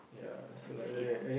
seven dollars worth it lah